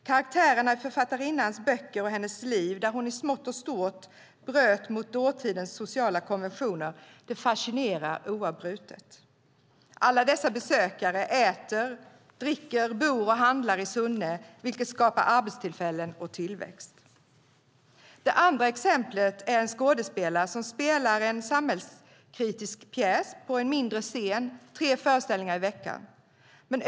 Karaktärerna i författarinnans böcker och hennes liv, där hon i smått och stort bröt mot dåtidens sociala konventioner, fascinerar oavbrutet. Alla dessa besökare äter, dricker, bor och handlar i Sunne, vilket skapar arbetstillfällen och tillväxt. Det andra exemplet är en skådespelare som spelar en samhällskritisk pjäs på en mindre scen tre föreställningar i veckan.